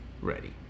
ready